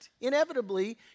Inevitably